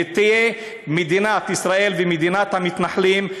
ותהיה מדינת ישראל ומדינת המתנחלים,